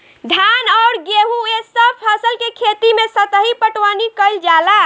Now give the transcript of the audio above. धान अउर गेंहू ए सभ फसल के खेती मे सतही पटवनी कइल जाला